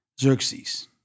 Xerxes